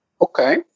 Okay